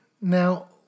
Now